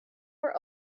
were